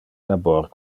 labor